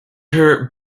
her